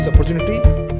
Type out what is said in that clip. opportunity